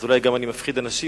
אז אולי גם אני מפחיד אנשים,